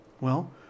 Well